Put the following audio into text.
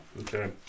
Okay